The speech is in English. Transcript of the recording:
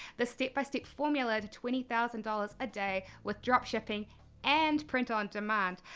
the step-by-step formula to twenty thousand dollars a day with drop shipping and print on demand.